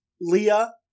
Leah